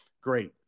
great